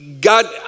God